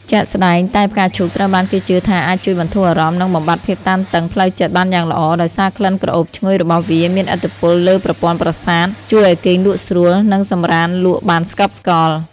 ជាក់ស្ដែង តែផ្កាឈូកត្រូវបានគេជឿថាអាចជួយបន្ធូរអារម្មណ៍និងបំបាត់ភាពតានតឹងផ្លូវចិត្តបានយ៉ាងល្អ ដោយសារក្លិនក្រអូបឈ្ងុយរបស់វាមានឥទ្ធិពលលើប្រព័ន្ធប្រសាទ ជួយឱ្យគេងលក់ស្រួលនិងសម្រាន្តលក់បានស្កប់ស្កល់។